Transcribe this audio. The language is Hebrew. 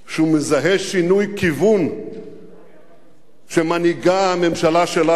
שהוא מזהה שינוי כיוון שמנהיגה הממשלה שלנו,